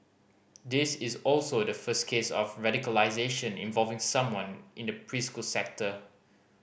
this is also the first case of radicalisation involving someone in the preschool sector